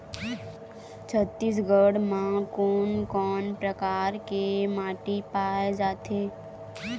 छत्तीसगढ़ म कोन कौन प्रकार के माटी पाए जाथे?